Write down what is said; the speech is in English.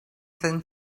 san